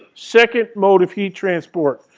second mode of heat transport.